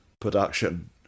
production